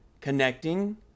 Connecting